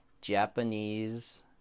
Japanese